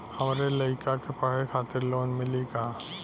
हमरे लयिका के पढ़े खातिर लोन मिलि का?